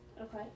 Okay